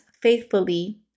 faithfully